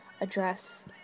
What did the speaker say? address